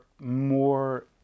more